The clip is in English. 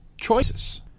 choices